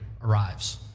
arrives